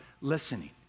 listening